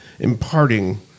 imparting